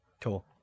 Cool